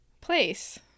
Place